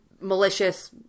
malicious